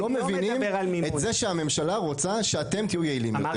מבינים את זה שהממשלה רוצה שאתם תהיו יעילים יותר.